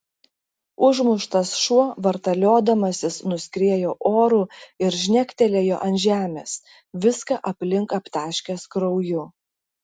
užmuštas šuo vartaliodamasis nuskriejo oru ir žnektelėjo ant žemės viską aplink aptaškęs krauju